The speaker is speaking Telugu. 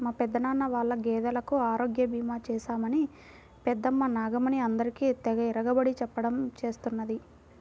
మా పెదనాన్న వాళ్ళ గేదెలకు ఆరోగ్య భీమా చేశామని పెద్దమ్మ నాగమణి అందరికీ తెగ ఇరగబడి చెప్పడం చేస్తున్నది